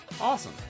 Awesome